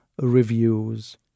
reviews